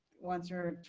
once or,